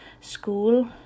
school